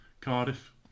Cardiff